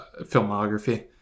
filmography